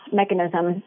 mechanism